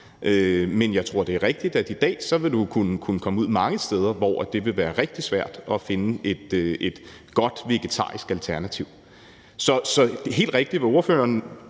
Men jeg tror, det er rigtigt, at i dag vil du kunne komme ud mange steder, hvor det vil være rigtig svært at finde et godt vegetarisk alternativ. Så det er helt rigtigt, hvad spørgeren